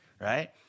right